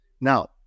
Now